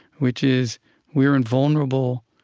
which is we are invulnerable.